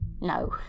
no